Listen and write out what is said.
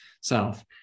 self